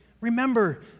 Remember